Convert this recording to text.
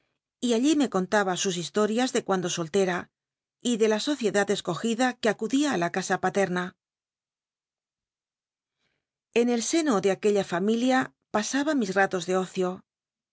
y alli me contaba sus historias de cuando sollera y de la sociedad escogida que acudía a la casa paterna en el seno de aquella fam ilia pnsa ba mis ralos mi mismo mi ahnucr de ocio